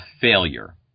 failure